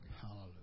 Hallelujah